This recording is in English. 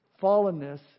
fallenness